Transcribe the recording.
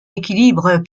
équilibre